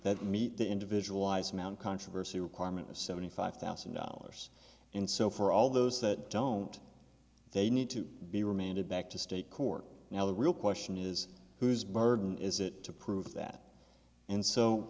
that meet the individual wise man controversy requirement of seventy five thousand dollars and so for all those that don't they need to be remanded back to state court now the real question is who's burden is it to prove that and so